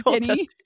Denny